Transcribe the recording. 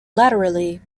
laterally